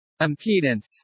Impedance